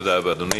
תודה רבה, אדוני.